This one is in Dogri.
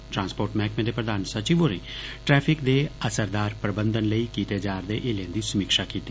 ट्रांसपोर्ट मैहकमे दे प्रधान सचिव होरे ट्रैफिक दे असरदार प्रबंधन लेई कीते जा'रदे हीलें दी समीक्षा कीती